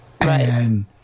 right